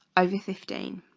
over fifteen